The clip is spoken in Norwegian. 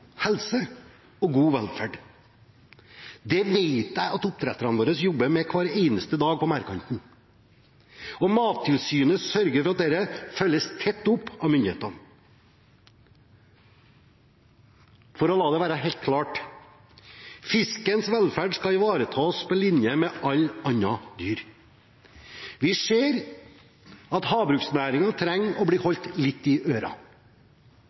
helse og god velferd. Det vet jeg at oppdretterne våre jobber med hver eneste dag på merdkanten. Mattilsynet sørger for at dette følges tett opp av myndighetene. For å la det være helt klart: Fiskens velferd skal ivaretas, på linje med alle andre dyr. Vi ser at havbruksnæringen trenger å bli holdt litt i